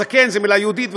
"זקן" זו מילה יהודית וכו',